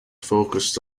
focused